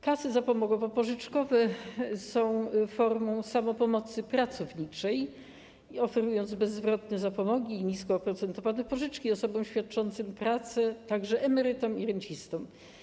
Kasy zapomogowo-pożyczkowe są formą samopomocy pracowniczej, oferując bezzwrotne zapomogi i nisko oprocentowane pożyczki osobom świadczącym pracę, także emerytom i rencistom.